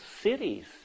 cities